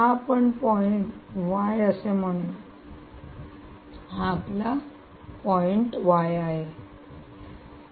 हा आपण point y असे म्हणू या हा आपला पॉइंट y आहे